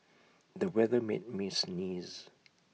the weather made me sneeze